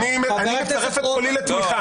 אני אצרף את קולי לתמיכה.